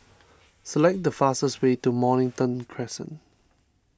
select the fastest way to Mornington Crescent